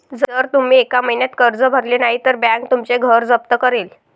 जर तुम्ही एका महिन्यात कर्ज भरले नाही तर बँक तुमचं घर जप्त करेल